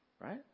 right